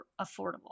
affordable